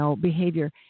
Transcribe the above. behavior